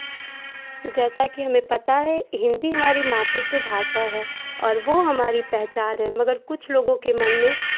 जैसा कि हमें पता है हिन्दी हमारी मातृत्व भाषा है और वो हमारी पहचान है मगर कुछ लोगों के मन में